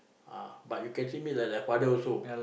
ah but you can treat me like like father also